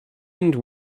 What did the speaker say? and